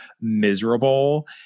miserable